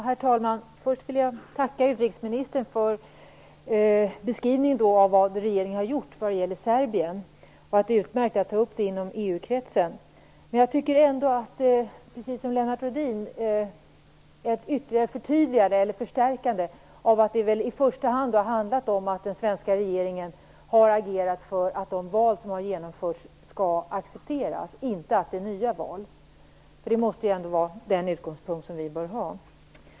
Herr talman! Först vill jag tacka utrikesministern för beskrivningen av vad regeringen har gjort vad gäller Serbien. Det är utmärkt att ta upp detta inom Men jag önskar ändå, precis som Lennart Rohdin, ett ytterligare förtydligande eller förstärkande av att det väl i första hand har handlat om att den svenska regeringen har agerat för att de val som har genomförts skall accepteras, inte att det blir nya val. Det måste ju ändå vara den utgångspunkt som vi bör ha.